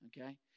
okay